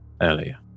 earlier